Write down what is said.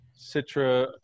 citra